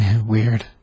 Weird